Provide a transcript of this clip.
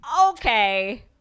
Okay